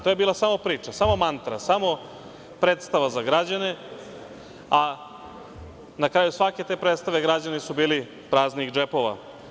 To je bila samo priča, samo mantra, samo predstava za građane, a na kraju svake te predstave građani su bili praznih džepova.